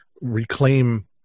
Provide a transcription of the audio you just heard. reclaim